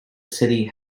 city